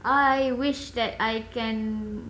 I wish that I can